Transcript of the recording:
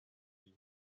lui